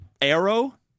arrow